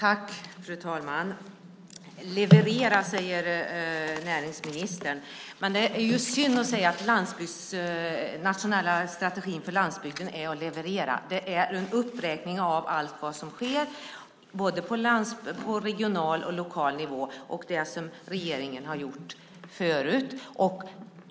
Fru talman! "Leverera", säger näringsministern. Men det är ju synd att säga att den nationella strategin för landsbygden är att leverera. Det är en uppräkning av allt som sker på både landsnivå, regional och lokal nivå och det som regeringen har gjort förut.